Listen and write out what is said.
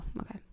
okay